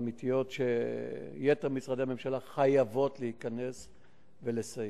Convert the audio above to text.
שיתר משרדי הממשלה חייבים להיכנס ולסייע.